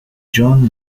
john